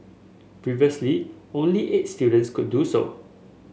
previously only eight students could do so